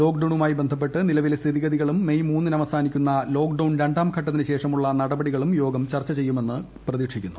ലോക്ഡൌണുമായി ബന്ധപ്പെട്ട് നിലവിലെ സ്ഥിതിഗതികളും മെയ് മൂന്നിന് അവസാനിക്കുന്ന് ലോക്ഡൌൺ രണ്ടാം ഘട്ടത്തിനു ശേഷമുള്ള നടപടികളും യോഗം ചർച്ച ചെയ്യുമെന്ന് കരുതപ്പെടുന്നു